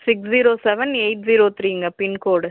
six zero seven eight zero த்ரீங்க pincode